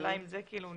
השאלה אם זה נבחן.